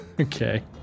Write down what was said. Okay